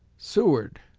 seward,